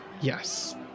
yes